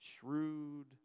shrewd